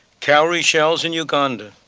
cowry shells in uganda,